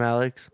Alex